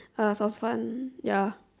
uh sounds fun ya